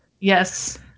Yes